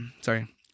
Sorry